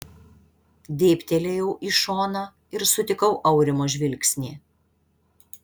dėbtelėjau į šoną ir sutikau aurimo žvilgsnį